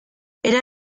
era